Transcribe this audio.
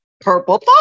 purple